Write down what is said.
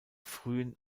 frühen